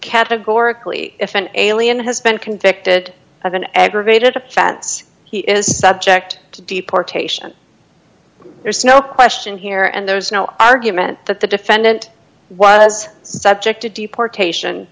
categorically if an alien has been convicted of an aggravated offense he is subject to deportation there's no question here and there is no argument that the defendant was subject to deportation